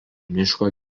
miško